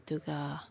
ꯑꯗꯨꯒ